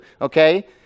Okay